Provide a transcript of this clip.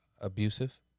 abusive